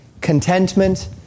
contentment